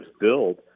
build